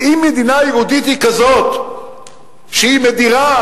אם מדינה יהודית היא כזאת שהיא מדירה,